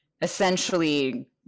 essentially